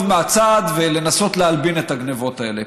מהצד ולנסות להלבין את הגנבות האלה.